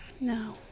No